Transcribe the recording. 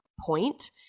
point